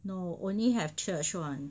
no only have church one